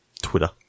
Twitter